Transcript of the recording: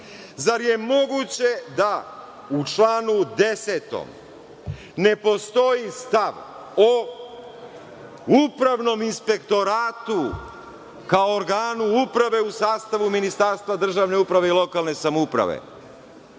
zar je moguće da u članu 10. ne postoji stav o upravnom inspektoratu kao organu uprave u sastavu Ministarstva državne uprave i lokalne samouprave?